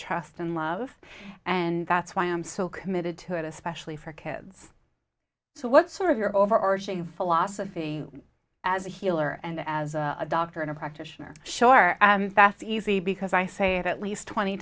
trust and love and that's why i'm so committed to it especially for kids so what's sort of your overarching philosophy as a healer and as a doctor and a practitioner sure that's easy because i say it at least twenty